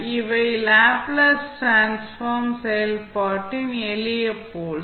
இவை Laplace transform செயல்பாட்டின் எளிய போல்ஸ்